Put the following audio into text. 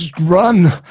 run